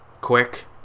quick